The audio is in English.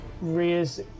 rears